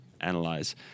analyze